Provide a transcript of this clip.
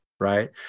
Right